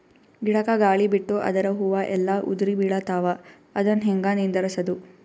ಗಿಡಕ, ಗಾಳಿ ಬಿಟ್ಟು ಅದರ ಹೂವ ಎಲ್ಲಾ ಉದುರಿಬೀಳತಾವ, ಅದನ್ ಹೆಂಗ ನಿಂದರಸದು?